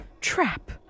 trap